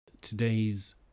Today's